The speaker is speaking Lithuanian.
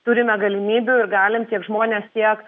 turime galimybių ir galim tiek žmonės tiek